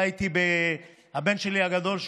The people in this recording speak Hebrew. הבן הגדול שלי,